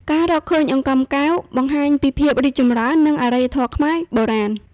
ការរកឃើញអង្កាំកែវបង្ហាញពីភាពរីកចម្រើន និងអរិយធម៌ខ្មែរបុរាណ។